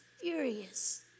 furious